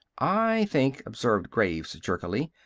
i think, observed graves jerkily,